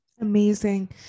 Amazing